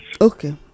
Okay